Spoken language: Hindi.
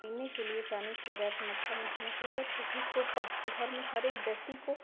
पीने के लिए पानी पर्याप्त मात्रा में होना चाहिए और सभी को घर में हर एक व्यक्ति को